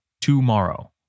Tomorrow